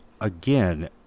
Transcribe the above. again